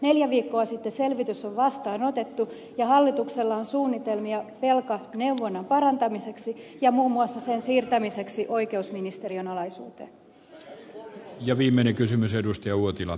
neljä viikkoa sitten selvitys on vastaanotettu ja hallituksella on suunnitelmia velkaneuvonnan parantamiseksi ja muun muassa sen siirtämiseksi oikeusministeriön alaisuuteen